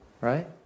Right